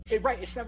Right